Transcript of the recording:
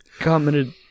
commented